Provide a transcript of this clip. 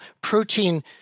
Protein